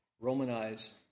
Romanized